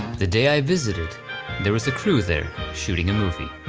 the day i visited there was a crew there shooting a movie.